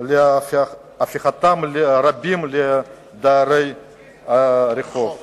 להפיכת רבים לדיירי רחוב.